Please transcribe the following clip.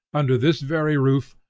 under this very roof,